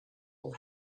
will